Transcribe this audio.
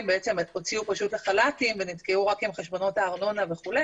הוציאו לחל"תים ונתקעו רק עם חשבונות הארנונה וכו'